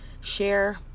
share